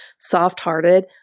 soft-hearted